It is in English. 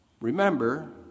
Remember